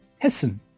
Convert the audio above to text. Hessen